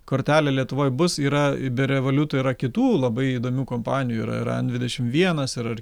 kortelė lietuvoj bus yra be revoliuto yra kitų labai įdomių kompanijų yra dvidešimt vienas yra